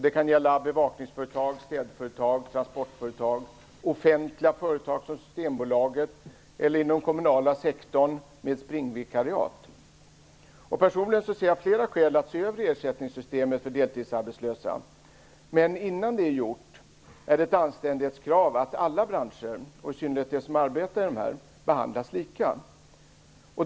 Det kan gälla bevakningsföretag, städföretag, transportföretag, offentliga företag som Systembolaget eller "springvikariat" inom den kommunala sektorn. Personligen ser jag flera skäl för en översyn av ersättningssystemet för deltidsarbetslösa. Men innan den är gjord är det ett anständighetskrav att alla branscher, i synnerhet de som arbetar inom de nämnda områdena, behandlas lika.